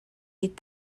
est